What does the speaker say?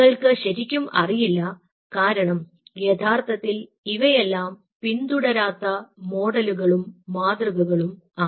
നിങ്ങൾക്ക് ശരിക്കും അറിയില്ല കാരണം യഥാർത്ഥത്തിൽ ഇവയെല്ലാം പിന്തുടരാത്ത മോഡലുകളും മാതൃകകളും ആണ്